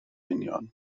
union